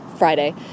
Friday